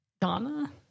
Donna